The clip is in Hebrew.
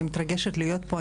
מתרגשת להיות פה,